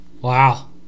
Wow